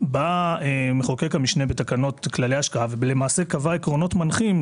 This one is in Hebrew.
מחוקק המשנה בתקנות כללי השקעה קבע עקרונות מנחים,